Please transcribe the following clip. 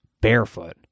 barefoot